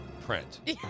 print